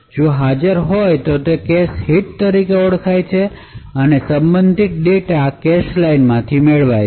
જો હાજર હોય તો તે કેશ હિટ તરીકે ઓળખાય છે અને સંબંધિત ડેટા કેશ લાઇનમાંથી મેળવાય છે